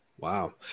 Wow